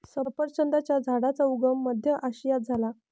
सफरचंदाच्या झाडाचा उगम मध्य आशियात झाला